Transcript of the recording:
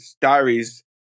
Diaries